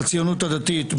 בציונות הדתית,